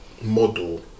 model